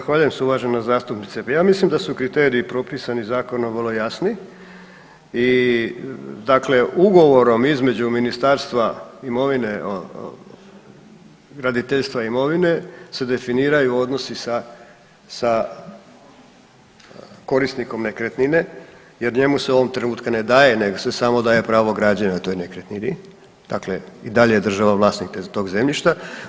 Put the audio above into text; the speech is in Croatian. Zahvaljujem se uvažena zastupnice, pa ja mislim da su kriteriji propisani zakonom vrlo jasni i dakle ugovorom između ministarstva imovine, graditeljstva imovine se definiraju odnosi sa, sa korisnikom nekretnine jer njemu se ovog trenutka ne daje nego se samo daje pravo građenja na toj nekretnini, dakle i dalje je država vlasnik tog zemljišta.